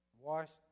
washed